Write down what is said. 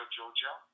Georgia